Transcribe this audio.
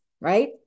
right